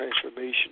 transformation